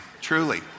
truly